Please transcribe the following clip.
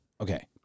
okay